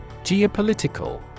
Geopolitical